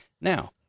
Now